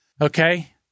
okay